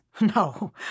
No